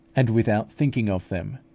and without thinking of them,